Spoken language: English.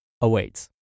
awaits